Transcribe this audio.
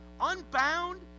unbound